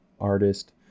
artist